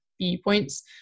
viewpoints